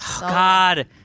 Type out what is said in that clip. God